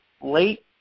late